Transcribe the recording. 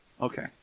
Okay